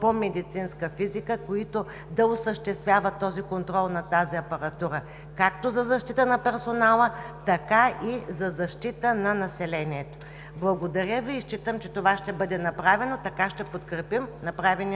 по медицинска физика, които да осъществяват контрола на тази апаратура както за защита на персонала, така и за защита на населението. Благодаря Ви считам, че това ще бъде направено и ще подкрепим